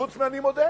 חוץ אני מודה,